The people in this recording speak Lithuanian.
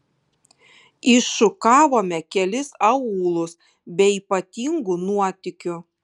iššukavome kelis aūlus be ypatingų nuotykių